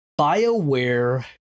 Bioware